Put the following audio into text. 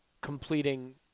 completing